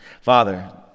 Father